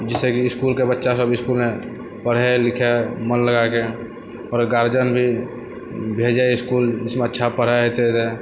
जाहिसँ कि इसकुलके बच्चासब इसकुलमे पढ़ै लिखै मन लगाएके आओर गर्जियन भी भेजै इसकुल जिसमे अच्छा पढ़ाइ हेतै